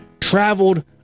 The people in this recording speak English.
traveled